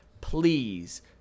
please